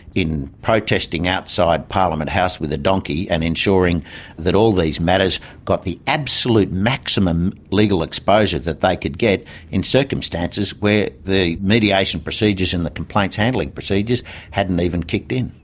in protesting outside parliament house with a donkey and ensuring that all these matters got the absolute maximum legal exposure that they could get in circumstances where the mediation procedures and the complaints handling procedures hadn't even kicked in.